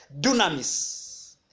dunamis